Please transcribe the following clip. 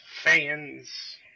fans